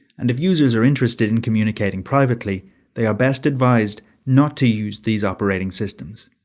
and if users are interested in communicating privately they are best advised not to use these operating systems.